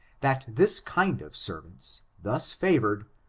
that this kind of servants, thus favored,